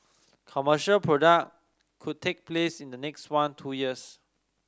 commercial product could take place in the next one two years